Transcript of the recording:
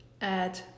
add